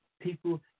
people